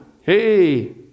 hey